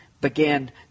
Began